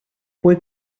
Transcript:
fue